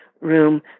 room